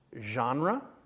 genre